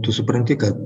tu supranti kad